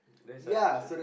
that's suspicious